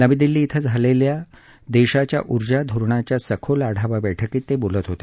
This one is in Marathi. नवी दिल्ली कें आज झालेल्या देशाच्या उर्जा धोरणाच्या सखोल आढावा बैठकीत ते बोलत होते